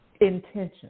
Intention